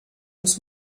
uns